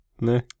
No